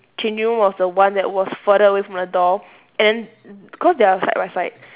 changing room was the one that was further away from the door and then cause they are side by side